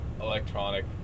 electronic